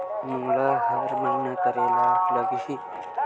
मोला हर महीना करे ल लगही?